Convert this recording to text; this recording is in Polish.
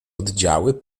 oddziały